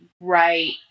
right